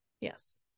yes